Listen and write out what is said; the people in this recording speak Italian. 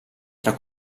tra